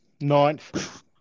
Ninth